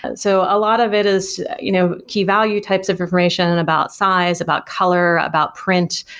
and so a lot of it is you know key value types of information and about size, about color, about print,